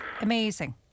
amazing